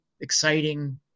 exciting